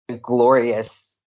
glorious